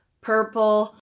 purple